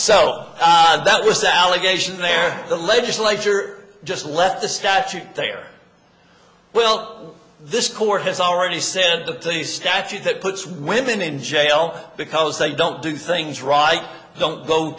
so that was the allegation there the legislature just left the statute there well this court has already said that the statute that puts women in jail because they don't do things right you don't